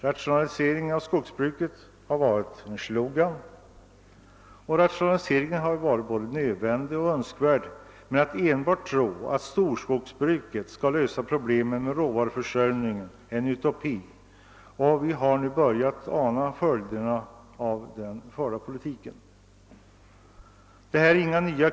Rationalisering av skogsbruket har varit en slogan, och den har varit både nödvändig och önskvärd, men att tro att endast storskogsbruket skall kunna lösa problemen med råvaruförsörjningen är en utopi, och vi har nu börjat ana följderna av den förda politiken.